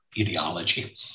ideology